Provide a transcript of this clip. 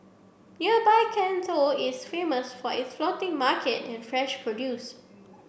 nearby Can Tho is famous for its floating market and fresh produce